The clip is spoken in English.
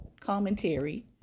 commentary